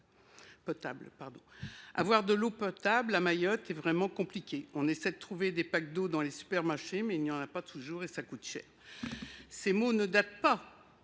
Avoir de l’eau potable à Mayotte est vraiment compliqué. On essaie de trouver des packs d’eau dans les supermarchés, mais il n’y en a pas toujours et ça coûte cher. » Ces mots d’un